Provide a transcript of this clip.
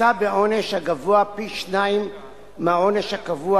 יישא בעונש הגבוה פי-שניים מהעונש הקבוע